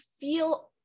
feel